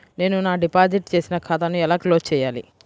నేను నా డిపాజిట్ చేసిన ఖాతాను ఎలా క్లోజ్ చేయాలి?